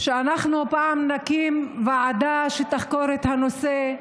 אנחנו נקים פעם ועדה שתחקור את הנושא,